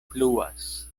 fluas